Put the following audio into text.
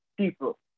people